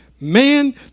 Man